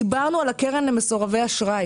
דיברנו על הקרן למסורבי אשראי